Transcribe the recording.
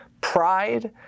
pride